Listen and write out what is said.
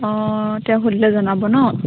অঁ তেওঁক সুধিলে জনাব ন